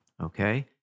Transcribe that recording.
okay